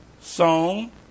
song